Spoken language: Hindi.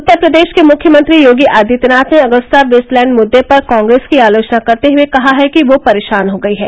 उत्तर प्रदेश के मुख्यमंत्री योगी आदित्यनाथ ने अगुस्ता वेस्टलैण्ड मुद्दे पर कांग्रेस की आलोचना करते हुए कहा है कि वह परेशान हो गई है